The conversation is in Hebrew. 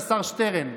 השר שטרן,